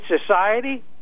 society